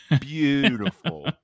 Beautiful